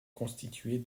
constituée